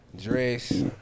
dress